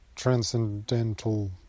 Transcendental